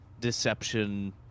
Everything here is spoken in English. deception